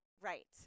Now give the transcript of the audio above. Right